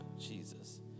Jesus